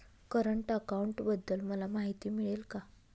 Current अकाउंटबद्दल मला माहिती मिळेल का?